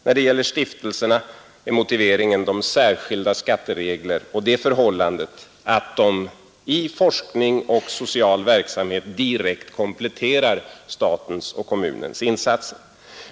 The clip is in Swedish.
När det gäller stiftelserna är motiveringen speciella skatteregler och det förhållandet att de i fråga om forskning och social verksamhet direkt kompletterar statens och kommunens insatser.